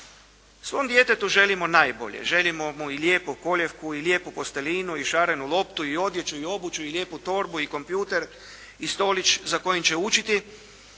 Svom djetetu želimo najbolje, želimo mu i lijepu kolijevku i lijepu posteljinu i šarenu loptu i odjeću i obuću, i lijepu torbu i kompjuter i stolić za kojim će učiti,